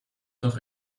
doch